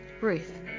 Ruth